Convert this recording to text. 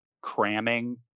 cramming